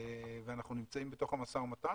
ואנחנו נמצאים בתוך המשא ומתן.